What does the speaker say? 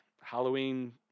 Halloween